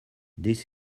this